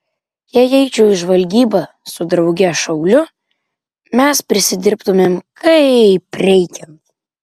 jei eičiau į žvalgybą su drauge šauliu mes prisidirbtumėm kaip reikiant